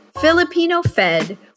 Filipino-fed